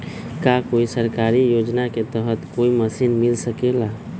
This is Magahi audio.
का कोई सरकारी योजना के तहत कोई मशीन मिल सकेला?